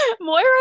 Moira